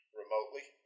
remotely